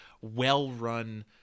well-run